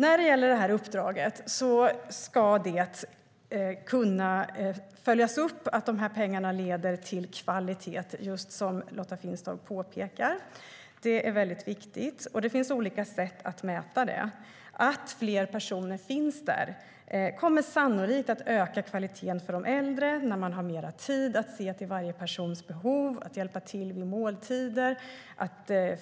När det gäller uppdraget ska det kunna följas upp att pengarna leder till kvalitet, just som Lotta Finstorp påpekar. Det är mycket viktigt, och det finns olika sätt att mäta det. Att fler personer finns där kommer sannolikt att öka kvaliteten för de äldre - man har mer tid att se till varje persons behov, hjälpa till med måltider,